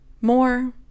More